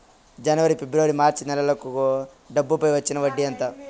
జనవరి, ఫిబ్రవరి, మార్చ్ నెలలకు నా డబ్బుపై వచ్చిన వడ్డీ ఎంత